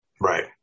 Right